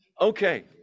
Okay